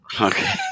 Okay